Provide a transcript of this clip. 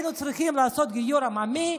לעשות גיור עממי,